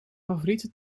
favoriete